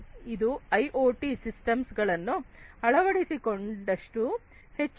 ಇದು IoT systems ಗಳನ್ನು ಅಳವಡಿಸಿಕೊಂಡಅಷ್ಟು ಹೆಚ್ಚುವುದು